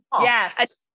Yes